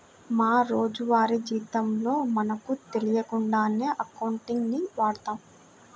మా రోజువారీ జీవితంలో మనకు తెలియకుండానే అకౌంటింగ్ ని వాడతాం